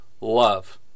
love